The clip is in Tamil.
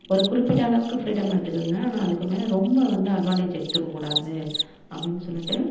ஒரு குறிப்பிட்டளவுக்கு ஃப்ரீடம் எடுத்துக்கோங்க ஆனால் அதுக்கு மேலே ரொம்ப வந்து அட்வான்டேஜ் எடுத்துக்கக்கூடாது அப்படீனு சொல்லிவிட்டு